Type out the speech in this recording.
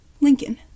Lincoln